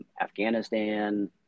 Afghanistan